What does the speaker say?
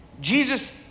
Jesus